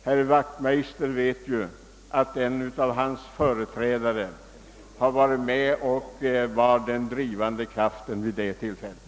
Herr Wachtmeister vet att en av hans förfäder var den drivande kraften vid det tillfället.